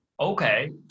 Okay